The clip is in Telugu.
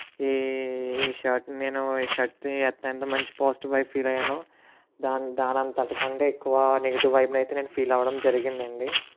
ఈ షర్ట్ని నేను ఈ షర్ట్ ఎంత ఎంత మంచి పాసిటివ్ వైబ్ ఫీల్ అయ్యానో దాని దానంతటి కంటే ఎక్కువ నెగటివ్ వైబ్ అయితే నేను ఫీల్ అవడం జరిగిందండీ